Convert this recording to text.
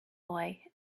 boy